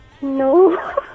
No